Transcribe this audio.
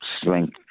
strength